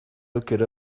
looked